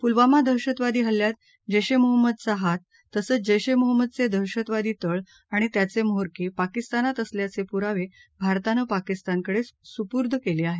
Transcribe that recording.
पूलवामा दहशतवादी हल्ल्यात जैश ए मोहम्मदचा हात तसंच जैश ए मोहम्मदचे दहशतवादी तळ आणि त्याचे म्होरके पाकिस्तानात असल्याचं पुरावे भारतानं पाकिस्तानकडे सुपूर्द केले आहेत